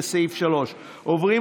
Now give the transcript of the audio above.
לסעיף 3.